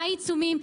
מה העיצומים,